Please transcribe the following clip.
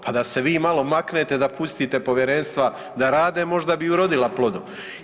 Pa da se vi malo maknete, da pustite povjerenstva da rade možda i bi urodila plodom.